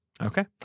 Okay